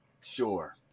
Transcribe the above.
Sure